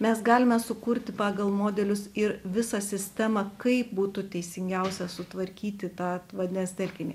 mes galime sukurti pagal modelius ir visą sistemą kaip būtų teisingiausia sutvarkyti tą vandens telkinį